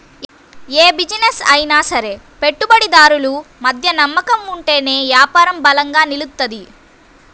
యే బిజినెస్ అయినా సరే పెట్టుబడిదారులు మధ్య నమ్మకం ఉంటేనే యాపారం బలంగా నిలుత్తది